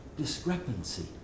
discrepancy